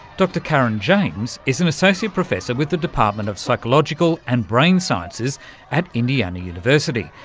dr karin james is an associate professor with the department of psychological and brain sciences at indiana university.